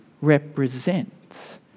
represents